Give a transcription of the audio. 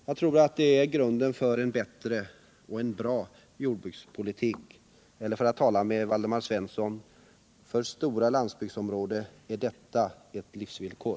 Jag tror att det är grunden för en bra jordbrukspolitik — eller för att tala med Waldemar Svensson: ”För stora landsbygdsområden är detta ett livsvillkor.”